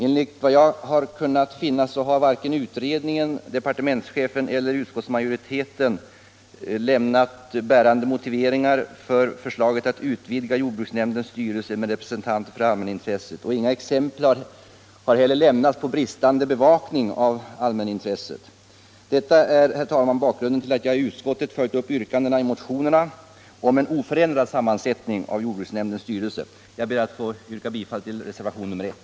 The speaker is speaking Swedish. Enligt vad jag har kunnat finna har varken utredningen, departementschefen eller utskottsmajoriteten lämnat bärande motiveringar för förslaget att utvidga jordbruksnämndens styrelse med representanter för allmänintresset, och inga exempel har heller lämnats på bristande bevakning av allmänintresset. Detta är, herr talman, bakgrunden till att jag i utskottet följt upp yrkandena i motionerna om en oförändrad sammansättning av jordbruksnämndens styrelse. Herr talman! Jag ber att få yrka bifall till reservationen 1.